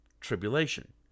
Tribulation